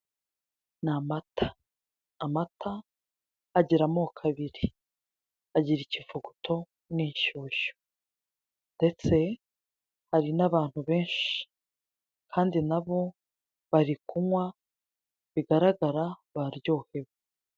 Ni amata, amata agira amoko abiri. Agira ikivuguto n'inshyushyu, ndetse hari n'abantu benshi, kandi na bo bari kunywa bigaragara baryohewe.